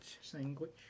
Sandwich